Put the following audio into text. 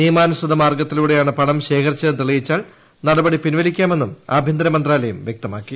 നിയമാനുസൃത മാർഗ്ഗത്തിലൂടെയാണ് പണം ശേഖരിച്ചതെന്ന് തെളിയിച്ചാൽ നടപടി പിൻവലിക്കാമെന്നും ആഭ്യന്തരമന്ത്രാലയം വൃക്തമാക്കി